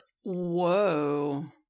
Whoa